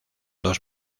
dos